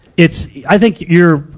it's, i think you're,